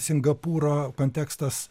singapūro kontekstas